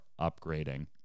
upgrading